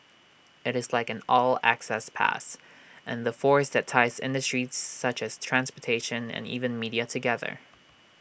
IT is like an 'all access pass' and the force that ties industries such as transportation and even media together